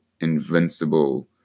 invincible